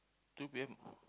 two P_M